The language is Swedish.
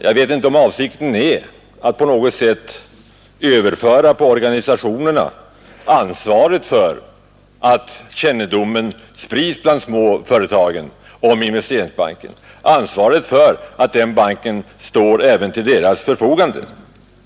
Jag vet inte om avsikten är att på något sätt på organisationerna överföra ansvaret för att kännedom sprids bland småföretagen om att Investeringsbanken står även till deras förfogande.